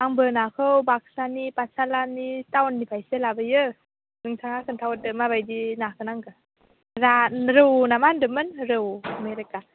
आंबो नाखौ बाकसानि पातसालानि टाउननिफ्रायसो लाबोयो नोंथाङा खिन्था हरदो माबायदि नाखौ नांगौ रौ ना मा होन्दोंमोन रौ मेरेका